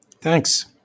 Thanks